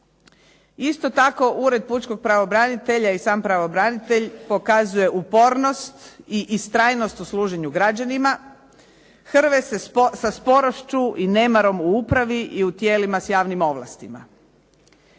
Isto tako Ureda pučkog pravobranitelja i sam pravobranitelj pokazuje upornost i istrajnost u služenju građanima, hrvaju se sa sporošću i nemaru u upravi i tijelima s javnim ovlastima.